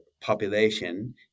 population